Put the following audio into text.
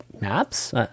maps